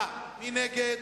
מי נגד?